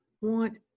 want